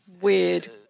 weird